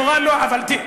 שיבואו להתחנן, נכון?